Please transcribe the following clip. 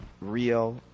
real